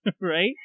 right